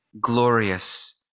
glorious